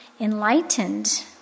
enlightened